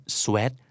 sweat